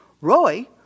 Roy